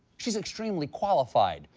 she's extremely qualified.